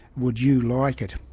would you like it?